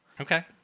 Okay